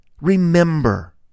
Remember